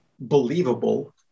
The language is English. believable